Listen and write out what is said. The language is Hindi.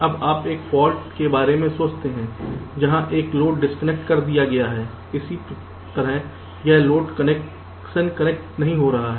अब आप एक फॉल्ट के बारे में सोचते हैं जहां यह लोड डिस्कनेक्ट कर दिया गया है किसी तरह यह लोड कनेक्शन कनेक्ट नहीं हो रहा है